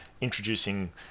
introducing